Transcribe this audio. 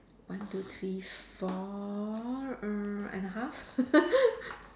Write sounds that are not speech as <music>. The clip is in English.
one two three four err and a half <laughs>